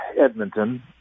Edmonton